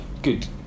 Good